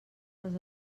les